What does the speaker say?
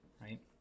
right